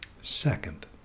Second